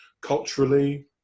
culturally